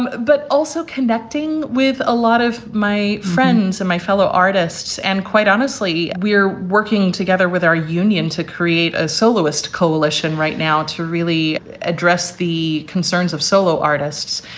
um but also connecting with a lot of my friends and my fellow artists. and quite honestly, we're working together with our union to create a soloist coalition right now to really address the concerns of solo artists,